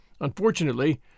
Unfortunately